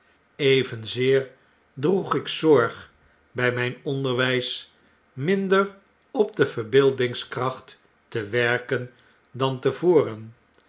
evenzeer droeg ik zorg bij myn onderwys minder op de verbeeldingskracht te werken dan te voren